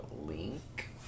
link